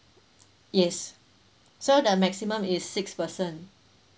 yes so the maximum is six person